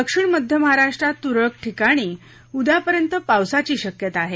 दक्षिण मध्य महाराष्ट्रात तुरळक ठिकाणी उद्यापर्यत पावसाची शक्यता आहे